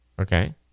Okay